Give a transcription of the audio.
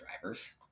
drivers